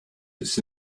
it’s